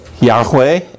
Yahweh